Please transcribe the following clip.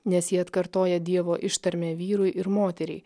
nes ji atkartoja dievo ištarmę vyrui ir moteriai